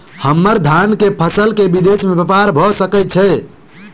हम्मर धान केँ फसल केँ विदेश मे ब्यपार भऽ सकै छै?